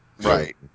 right